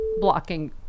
blocking